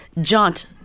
jaunt